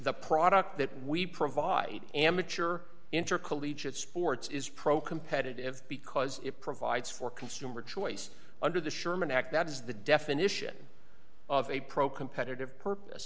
the product that we provide amateur intercollegiate sports is pro competitive because it provides for consumer choice under the sherman act that is the definition of a pro